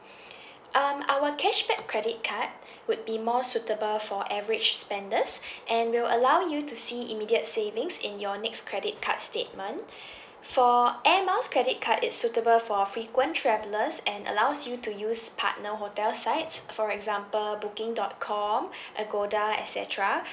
um our cashback credit card would be more suitable for average spenders and will allow you to see immediate savings in your next credit card statement for air miles credit card it suitable for frequent travellers and allows you to use partner hotel sides for example booking dot com Agoda et cetera